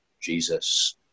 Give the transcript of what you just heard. Jesus